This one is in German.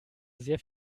sehr